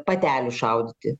patelių šaudyti